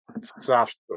soft